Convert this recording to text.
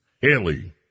Haley